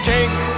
Take